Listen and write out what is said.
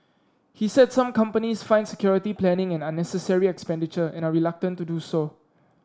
he said some companies find security planning an unnecessary expenditure and are reluctant to do so